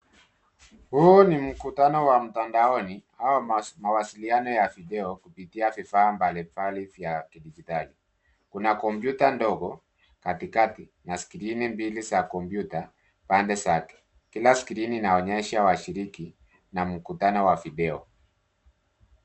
Huu ni mkutano wa mtandaoni, au mawasiliano ya video, kupitia vifaa mbalimbali vya kidijitali. Kuna kompyuta ndogo katikati, na skrini mbili za kompyuta, pande zake, kila skrini inaonyesha washiriki, na mkutano wa video.